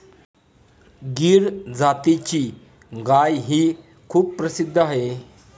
गीर जातीची गायही खूप प्रसिद्ध आहे